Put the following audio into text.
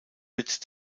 wird